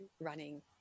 running